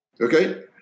Okay